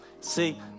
see